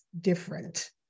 different